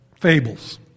fables